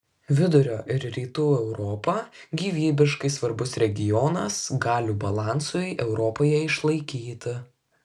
vidurio ir rytų europa gyvybiškai svarbus regionas galių balansui europoje išlaikyti